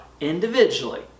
individually